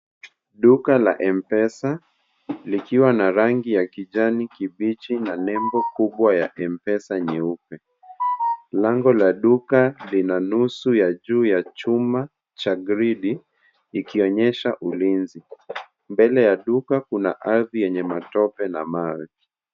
Duka la M-Pesa likiwa na rangi ya kijani kibichi na nembo kubwa ya M-Pesa nyeupe. Lango la duka lina nusu ya juu ya chuma cha grili ikionyesha ulinzi. Mbele ya duka kuna ardhi yenye matope na mawe.